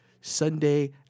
Sunday